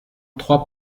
trois